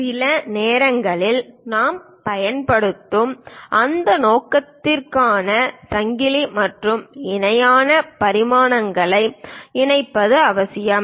சில நேரங்களில் நாம் பயன்படுத்தும் அந்த நோக்கத்திற்காக சங்கிலி மற்றும் இணையான பரிமாணங்களை இணைப்பது அவசியம்